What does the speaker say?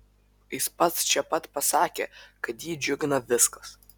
jis pats čia pat pasakė kad jį džiugina viskas